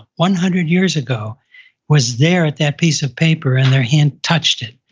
one hundred years ago was there at that piece of paper and their hand touched it.